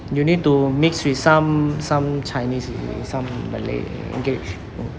you need to mix with some some chinese some malay language